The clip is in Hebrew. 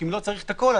כי אם לא צריך את הכול,